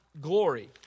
glory